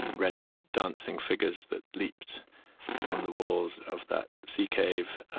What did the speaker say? red dancing figures that leaped on the walls of that sea cave.